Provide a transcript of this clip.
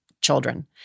children